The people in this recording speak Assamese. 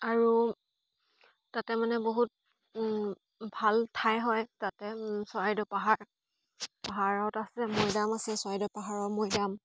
আৰু তাতে মানে বহুত ও ভাল ঠাই হয় তাতে চৰাইদেউ পাহাৰ পাহাৰত আছে মৈদাম আছে চৰাইদেউ পাহাৰৰ মৈদাম